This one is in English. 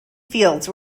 fields